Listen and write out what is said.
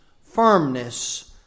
firmness